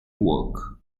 work